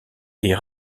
est